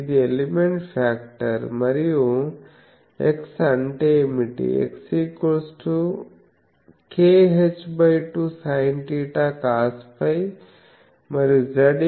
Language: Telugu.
ఇది ఎలిమెంట్ ఫ్యాక్టర్ మరియు X అంటే ఏమిటి X kh2sinθ cosφ మరియు Z kw2cosθ